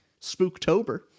spooktober